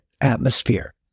atmosphere